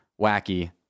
wacky